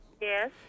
Yes